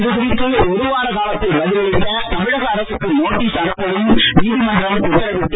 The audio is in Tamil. இது குறித்து ஒருவார காலத்தில் பதில் அளிக்க தமிழக அரசுக்கு நோட்டிஸ் அனுப்பவும் நீதிமன்றம் உத்தரவிட்டு